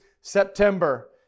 September